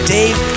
Dave